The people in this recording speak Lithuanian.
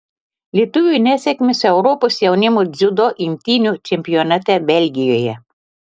lietuvių nesėkmės europos jaunimo dziudo imtynių čempionate belgijoje